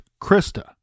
Krista